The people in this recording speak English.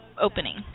opening